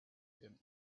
him